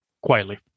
Quietly